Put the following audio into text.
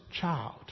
child